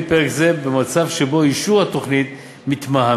פרק זה במצב שבו אישור התוכנית מתמהמה,